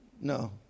No